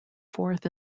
forth